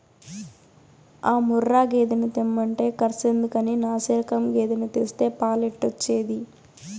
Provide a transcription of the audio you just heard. ఆ ముర్రా గేదెను తెమ్మంటే కర్సెందుకని నాశిరకం గేదెను తెస్తే పాలెట్టొచ్చేది